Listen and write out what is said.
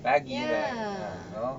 lagi lah